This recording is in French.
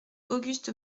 auguste